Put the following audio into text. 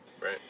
Right